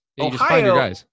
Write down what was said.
Ohio